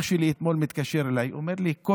אח שלי התקשר אליי אתמול ואמר לי: כל